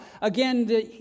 again